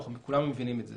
וכולנו מבינים את זה.